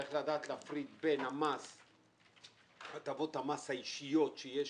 צריך לדעת להפריד בין הטבות המס האישיות שיש